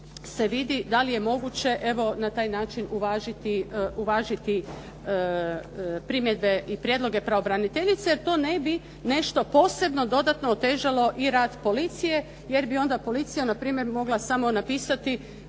se vidi da li je moguće evo na taj način uvažiti primjedbe i prijedloge pravobraniteljice jer to ne bi nešto posebno dodatno otežalo i rad policije jer bi onda policija npr. mogla samo napisati